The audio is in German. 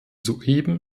soeben